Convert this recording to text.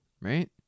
Right